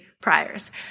priors